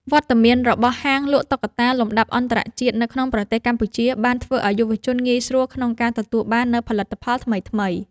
វត្តមានរបស់ហាងលក់តុក្កតាលំដាប់អន្តរជាតិនៅក្នុងប្រទេសកម្ពុជា បានធ្វើឱ្យយុវជនងាយស្រួលក្នុងការទទួលបាននូវផលិតផលថ្មីៗ។